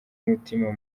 umutima